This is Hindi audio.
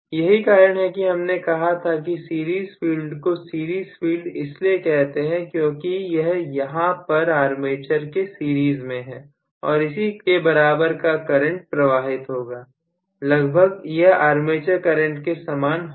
यही कारण है कि हमने कहा था की सीरीज फील्ड को सीरीज फील्ड इसलिए कहते हैं क्योंकि यह यहां पर आर्मेचर के सीरीज में है और इसी के बराबर का करंट प्रवाहित होगा लगभग यह आर्मेचर करंट के समान होगा